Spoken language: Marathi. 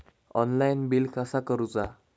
ऑनलाइन बिल कसा करुचा?